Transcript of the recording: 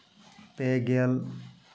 ᱯᱮ ᱜᱮᱞ